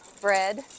Bread